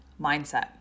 mindset